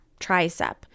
tricep